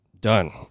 done